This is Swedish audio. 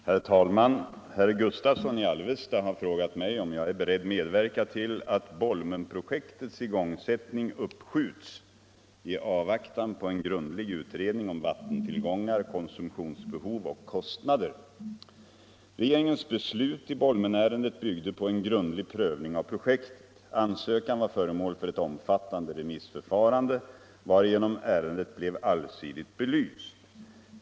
Herr talman! Herr Gustavsson i Alvesta har frågat mig om jag är beredd medverka till att Bolmenprojektets igångsättning uppskjuts i avvaktan på en grundlig utredning om vattentillgångar, konsumtionsbehov och kostnader. Regeringens beslut i Bolmenärendet byggde på en grundlig prövning av projektet. Ansökan var föremål för ett omfattande remissförfarande, varigenom ärendet blev allsidigt belyst.